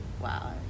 Wow